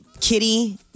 kitty